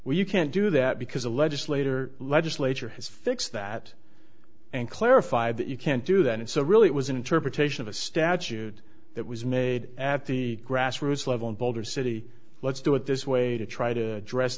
well you can't do that because a legislator legislature has fixed that and clarified that you can't do that and so really it was an interpretation of a statute that was made at the grassroots level in boulder city let's do it this way to try to address